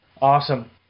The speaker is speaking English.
Awesome